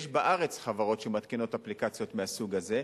יש בארץ חברות שמתקינות אפליקציות מהסוג הזה,